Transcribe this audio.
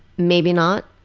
maybe not,